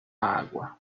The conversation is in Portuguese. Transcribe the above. água